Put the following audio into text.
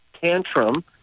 tantrum